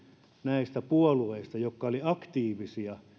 näistä puolueista jotka olivat aktiivisia